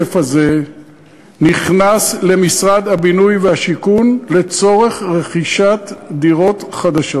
הכסף הזה נכנס למשרד הבינוי והשיכון לצורך רכישת דירות חדשות.